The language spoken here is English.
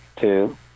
two